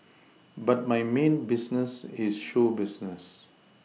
but my main business is show business